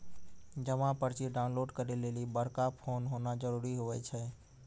जमा पर्ची डाउनलोड करे लेली बड़का फोन होना जरूरी हुवै छै